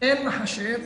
אין מחשב,